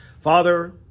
Father